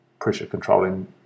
pressure-controlling